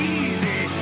easy